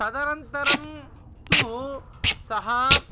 तदनन्तरं तु सः